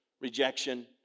rejection